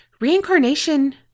reincarnation